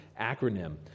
acronym